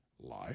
Lie